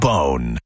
Bone